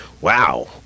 Wow